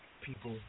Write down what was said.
people